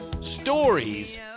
stories